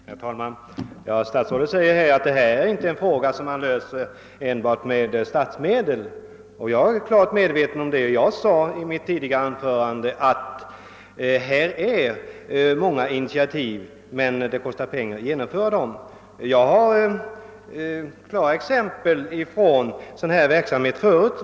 Herr talman! Statsrådet säger här att detta inte är ett problem, som man löser enbart med statsmedel. Jag är klart medveten därom. Jag framhöll i mitt tidigare anförande att det finns många förslag men att det kostar pengar att genomföra dem. Jag har själv erfarenhet från sådan här verksamhet.